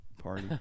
party